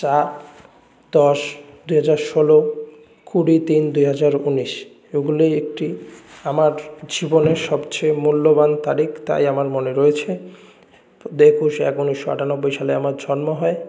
চার দশ দু হাজার ষোল কুড়ি তিন দুই হাজার উনিশ এগুলোই একটি আমার জীবনের সবচেয়ে মূল্যবান তারিক তাই আমার মনে রয়েছে একুশ এক উনিশশো আটানব্বই সালে আমার জন্ম হয়